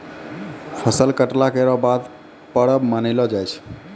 फसल कटला केरो बाद परब मनैलो जाय छै